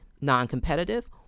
non-competitive